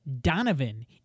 Donovan